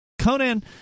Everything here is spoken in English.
Conan